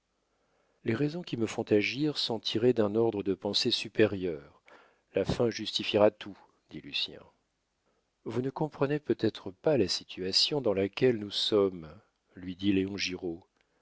les raisons qui me font agir sont tirées d'un ordre de pensées supérieur la fin justifiera tout dit lucien vous ne comprenez peut-être pas la situation dans laquelle nous sommes lui dit léon